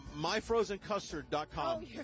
myfrozencustard.com